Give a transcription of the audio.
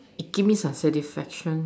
it give me some satisfaction